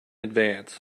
advance